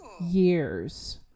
years